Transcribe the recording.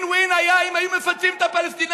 win-win היה אם היו מפצים את הפלסטינים,